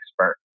expert